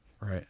Right